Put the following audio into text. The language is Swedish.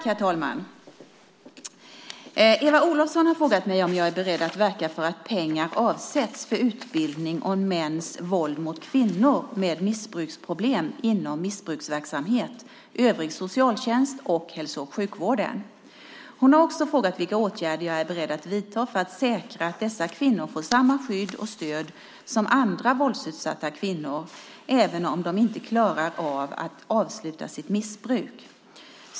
Herr talman! Eva Olofsson har frågat mig om jag är beredd att verka för att pengar avsätts för utbildning om mäns våld mot kvinnor med missbruksproblem inom missbruksverksamhet, övrig socialtjänst och hälso och sjukvården. Hon har också frågat vilka åtgärder jag är beredd att vidta för att säkra att dessa kvinnor får samma skydd och stöd som andra våldsutsatta kvinnor, även om de inte klarar av att avsluta sitt missbruk.